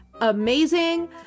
amazing